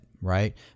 right